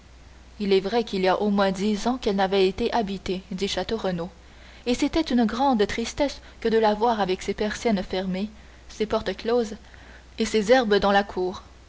il est vrai qu'il y a au moins dix ans qu'elle n'avait été habitée dit château renaud et c'était une grande tristesse que de la voir avec ses persiennes fermées ses portes closes et ses herbes dans la cour